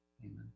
amen